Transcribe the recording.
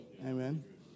Amen